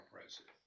president